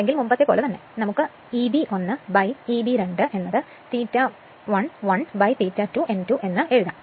അല്ലെങ്കിൽ മുമ്പത്തെ പോലെ തന്നെ നമുക്ക് Eb 1 Eb 2 ∅1 1 ∅2 n2 എന്ന് എഴുതാം